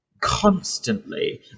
Constantly